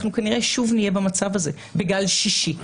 אנחנו כנראה שוב נהיה במצב הזה בגל שישי.